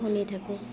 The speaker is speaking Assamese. শুনি থাকোঁ